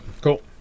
Cool